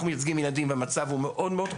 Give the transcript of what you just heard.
אנחנו מייצגים ילדים והמצב הוא מאוד-מאוד קשה,